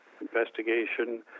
investigation